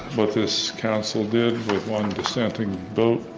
what this council did with one dissenting vote